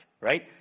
right